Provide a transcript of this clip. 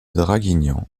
draguignan